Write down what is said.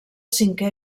cinquè